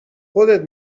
خودت